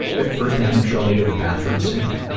but first, have him show me to the bathroom sink, ah,